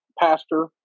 pastor